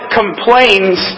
complains